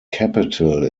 capital